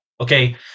okay